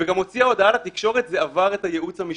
וגם הוציאה הודעה לתקשורת: זה עבר את הייעוץ המשפטי.